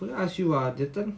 I want to ask you ah that time